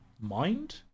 mind